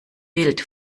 wild